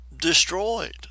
destroyed